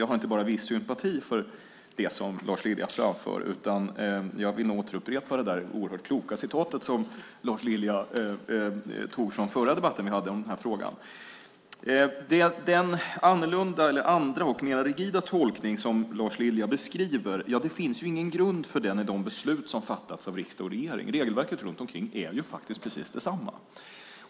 Jag har inte bara viss sympati för det som Lars Lilja framför, utan jag vill nog upprepa det där oerhört kloka citatet som Lars Lilja tog från vår förra debatt i frågan. Den mer rigida tolkning som Lars Lilja beskriver finns det ingen grund för i de beslut som fattats av riksdag och regering. Regelverket runt omkring är faktiskt precis detsamma.